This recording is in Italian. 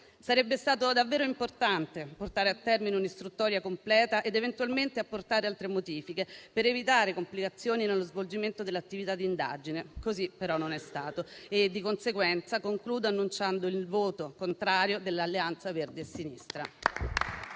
Sarebbe stato davvero importante portare a termine un'istruttoria completa ed eventualmente apportate altre modifiche per evitare complicazioni nello svolgimento dell'attività di indagine. Così però non è stato e di conseguenza concludo annunciando il voto contrario dell'Alleanza Verdi e Sinistra.